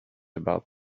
about